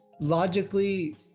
logically